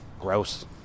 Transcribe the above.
gross